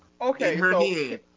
Okay